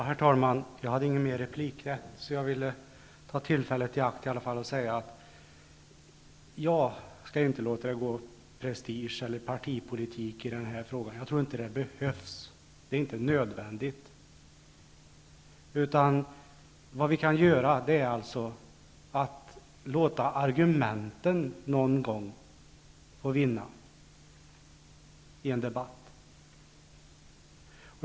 Herr talman. Jag hade ingen mer replikrätt, men ville ta tillfället i akt och säga att jag inte skall låta det gå prestige eller partipolitik i den här frågan. Det är inte nödvändigt. Vad vi kan göra är att någon gång låta argumenten vinna en debatt.